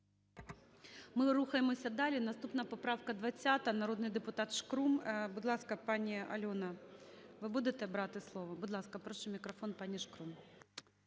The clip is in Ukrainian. Ми рухаємося далі. Наступна поправка 20-а, народний депутат Шкрум. Будь ласка, пані Альона, ви будете брати слово? Будь ласка, прошу мікрофон пані Шкрум.